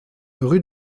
rue